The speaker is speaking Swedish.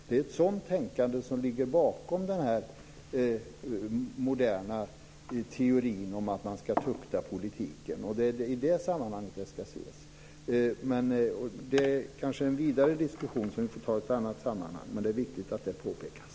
Det är ett sådant tänkande som ligger bakom den här moderna teorin om att man ska tukta politiken, och det är i det sammanhanget det ska ses. Det kanske är en vidare diskussion som vi får ta i ett annat sammanhang, men det är viktigt att det påpekas.